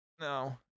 No